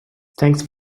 thanks